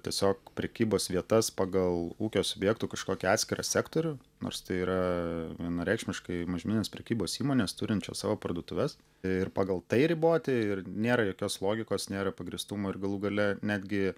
tiesiog prekybos vietas pagal ūkio subjektų kažkokį atskirą sektorių nors tai yra vienareikšmiškai mažmeninės prekybos įmonės turinčios savo parduotuves ir pagal tai riboti ir nėra jokios logikos nėra pagrįstumo ir galų gale netgi